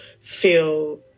feel